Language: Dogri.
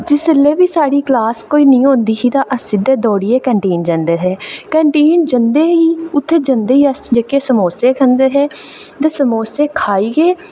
जिसलै बी कोई साढ़ी क्लास नेईं होंदी ही ते अस सिद्धे दौड़ियै कैंटीन जंदे हे कैंटीन जंदे ही उत्थै जंदे गै अस समोसे खंदे हे ते समोसे खाइयै